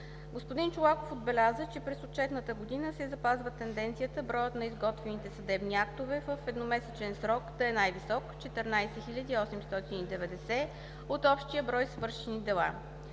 Господин Чолаков отбеляза, че през отчетната година се запазва тенденцията броят на изготвените съдебни актове в едномесечен срок да е най-висок – 14 890 от общия брой свършени дела.